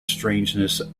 strangeness